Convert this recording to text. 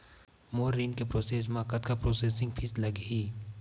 मोर ऋण के प्रोसेस म कतका प्रोसेसिंग फीस लगही?